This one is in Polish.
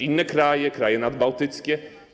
Inne kraje, kraje nadbałtyckie.